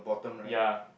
ya